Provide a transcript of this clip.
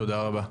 תודה רבה,